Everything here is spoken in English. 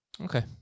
Okay